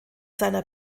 seiner